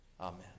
Amen